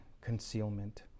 concealment